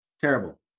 terrible